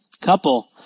Couple